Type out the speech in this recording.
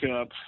up